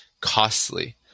costly